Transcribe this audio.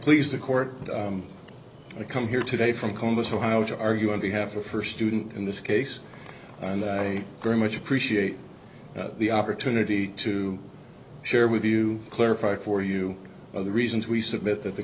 please the court i come here today from columbus ohio to argue on behalf of her student in this case and i very much appreciate the opportunity to share with you clarify for you of the reasons we submit that the